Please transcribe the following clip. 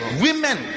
women